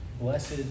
blessed